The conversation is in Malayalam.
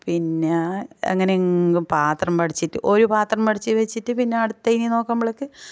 പിന്നെ അങ്ങനെയെങ്ങും പാത്രം വടിച്ചിട്ട് ഒരു പാത്രം വടിച്ചു വെച്ചിട്ട് പിന്നെ അടുത്തതിനെ നോക്കുമ്പോഴേക്ക്